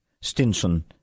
Stinson